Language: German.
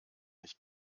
nicht